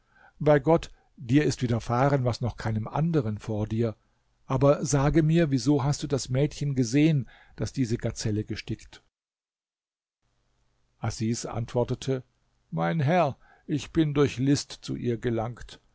bei gott dir ist widerfahren was noch keinem anderen vor dir aber sage mir wieso hast du das mädchen gesehen das diese gazelle gestickt asis antwortete mein herr ich bin durch list zu ihr gelangt